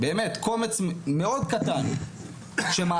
באמת קומץ מאוד קטן שמעתיק,